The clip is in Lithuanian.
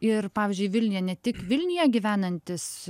ir pavyzdžiui vilniuje ne tik vilniuje gyvenantys